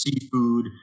seafood